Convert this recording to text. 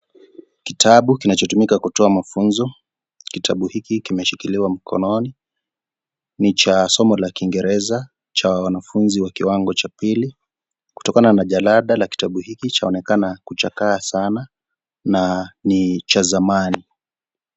Kitabu kinachotumika kutoa mafunzo, kitabu hiki kimeshikiliwa mkononi. Ni cha somo la kiingereza cha wanafunzi wa kiwango cha pili. Kutokana na jalada la kitabu hiki, chaonekana kuchakaa sana na ni cha zamani.